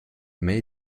may